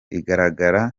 igaragara